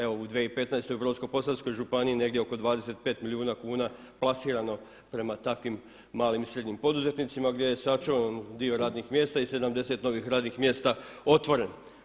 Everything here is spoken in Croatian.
Evo u 2015. u Brodsko-posavskoj županiji negdje oko 25 milijuna kuna plasirano prema takvim malim i srednjim poduzetnicima gdje je sačuvano dio radnih mjesta i 70 novih radnih mjesta otvoreno.